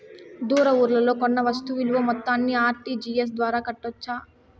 దూర ఊర్లలో కొన్న వస్తు విలువ మొత్తాన్ని ఆర్.టి.జి.ఎస్ ద్వారా కట్టొచ్చా?